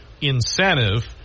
incentive